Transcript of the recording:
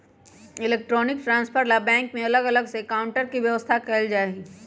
electronic transfer ला bank में अलग से काउंटर के व्यवस्था कएल हई